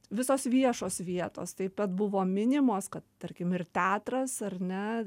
visos viešos vietos taip pat buvo minimos kad tarkim ir teatras ar ne